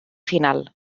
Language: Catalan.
final